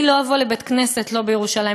אני לא אבוא לבית-כנסת לא בירושלים,